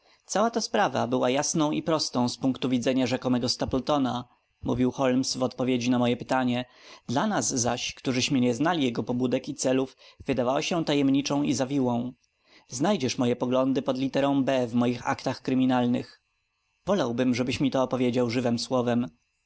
cała ta sprawa była jasną i prostą z punktu widzenia rzekomego stapletona mówił holmes w odpowiedzi na moje pytanie dla nas zaś którzyśmy nie znali jego pobudek i celów wydawała się tajemniczą i zawiłą znajdziesz moje poglądy pod literą b w moich aktach kryminalnych wolałbym żebyś mi to opowiedział żywem słowem